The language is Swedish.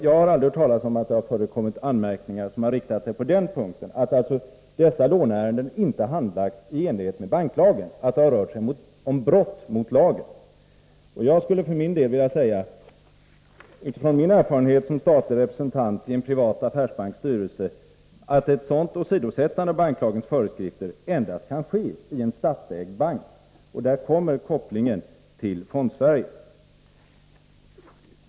Jag har aldrig hört talas om att det har förekommit anmärkningar som har riktats mot att låneärenden inte har handlagts i enlighet med banklagen — att det har rört sig om brott mot lagen. Utifrån min erfarenhet som statlig representant i en privat affärsbanks styrelse vill jag säga att ett sådant åsidosättande av banklagens föreskrift endast kan ske i en statsägd bank. Där kommer kopplingen till Fondsverige.